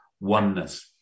oneness